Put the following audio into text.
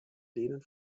denen